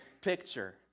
picture